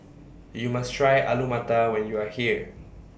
YOU must Try Alu Matar when YOU Are here